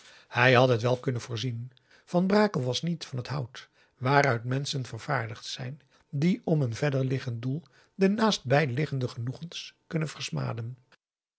hij had t wel kunnen voorzien van brakel was niet van het hout waaruit menschen vervaardigd zijn die om een verder liggend doel de naastbijliggende genoegens kunnen versmaden